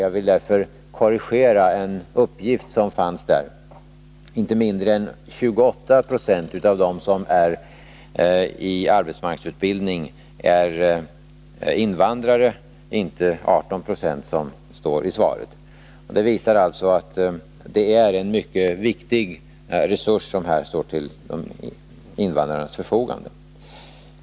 Jag vill därför korrigera en uppgift som fanns där: Ej mindre än 28 96 av dem som är i arbetsmarknadsutbildning är invandrare — inte 18 20, som det nämndes i svaret. Det visar alltså att det är en mycket viktig resurs som här står till invandrarnas förfogande.